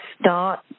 start